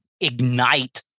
ignite